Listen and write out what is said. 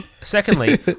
Secondly